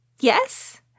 yes